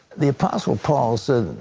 the apostle paul says,